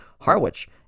Harwich